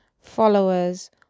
followers